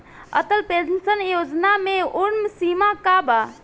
Atal pension Yojana मे उम्र सीमा का बा?